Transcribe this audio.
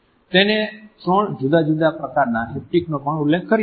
તેને ત્રણ જુદા જુદા પ્રકારના હેપ્ટિકનો પણ ઉલ્લેખ કર્યો છે